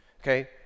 Okay